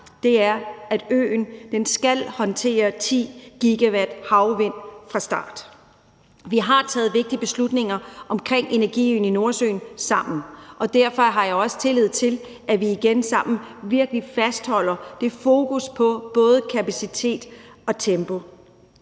er, at øen skal håndtere 10 GW havvind fra starten. Vi har taget vigtige beslutninger omkring energiøen i Nordsøen sammen, og derfor har jeg også tillid til, at vi igen sammen virkelig fastholder det fokus på både kapacitet og tempo.